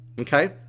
okay